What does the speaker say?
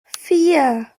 vier